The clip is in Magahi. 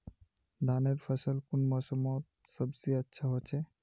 धानेर फसल कुन मोसमोत सबसे अच्छा होचे?